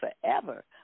forever